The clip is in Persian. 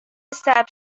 ثبت